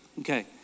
Okay